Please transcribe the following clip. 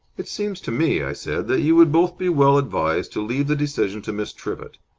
it seems to me, i said, that you would both be well advised to leave the decision to miss trivett.